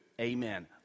Amen